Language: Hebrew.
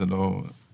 זה לא משנה,